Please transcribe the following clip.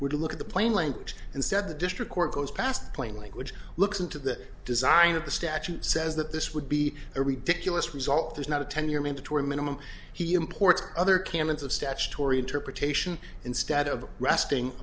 would look at the plain language instead the district court goes past plain language looks into the design of the statute says that this would be every dick us result is not a ten year mandatory minimum he imports other canons of statutory interpretation instead of resting